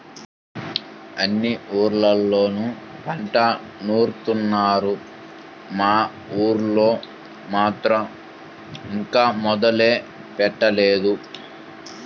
అన్ని ఊర్లళ్ళోనూ పంట నూరుత్తున్నారు, మన ఊళ్ళో మాత్రం ఇంకా మొదలే పెట్టలేదు